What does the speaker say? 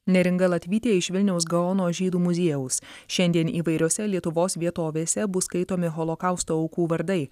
neringa latvytė iš vilniaus gaono žydų muziejaus šiandien įvairiose lietuvos vietovėse bus skaitomi holokausto aukų vardai